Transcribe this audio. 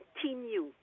continue